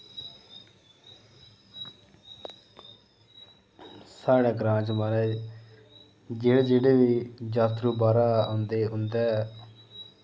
साढ़े ग्रां च माराज जेह्ड़े जेह्ड़े बी जातरू बाह्रा औंदे उं'दे